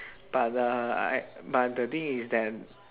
but the I but the thing is that